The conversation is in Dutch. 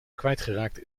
kwijtgeraakt